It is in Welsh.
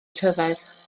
rhyfedd